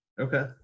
okay